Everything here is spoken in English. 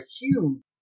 huge